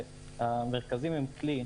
המרכזים הם כלי,